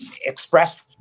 expressed